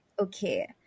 Okay